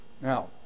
Now